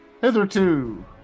Hitherto